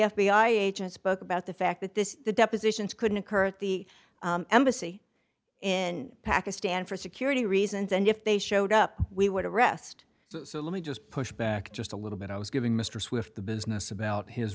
i agent spoke about the fact that this depositions couldn't occur at the embassy in pakistan for security reasons and if they showed up we would arrest so let me just push back just a little bit i was giving mr swift the business about his